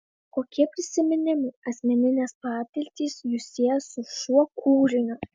kokie prisiminimai asmeninės patirtys jus sieja su šiuo kūriniu